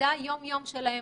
וזה היום-יום שלהם.